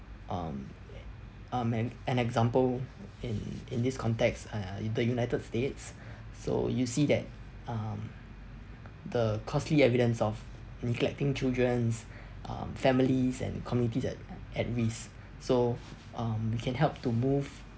um um an an example in in this context uh in the united states so you see that um the costly evidence of neglecting childrens um families and communities at at risk so um we can help to move